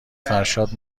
فرشاد